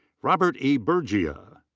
robert e. bergia.